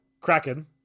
Kraken